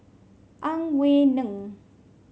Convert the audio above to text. Ang Wei Neng